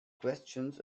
questions